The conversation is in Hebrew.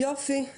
יופי,